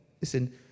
Listen